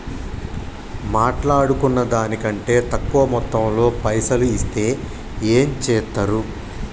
మాట్లాడుకున్న దాని కంటే తక్కువ మొత్తంలో పైసలు ఇస్తే ఏం చేత్తరు?